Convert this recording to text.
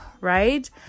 right